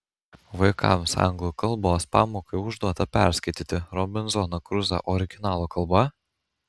vaikams anglų kalbos pamokai užduota perskaityti robinzoną kruzą originalo kalba